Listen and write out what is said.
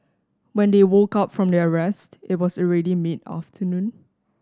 when they woke up from their rest it was already mid afternoon